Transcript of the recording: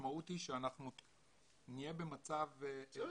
המשמעות היא שאנחנו נהיה במצב ש --- בסדר,